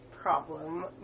problem